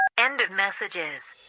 end of messages